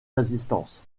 résistance